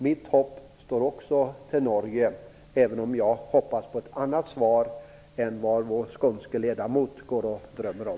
Mitt hopp står också till Norge, även om jag hoppas på ett annat svar än vad vår skånske ledamot drömmer om.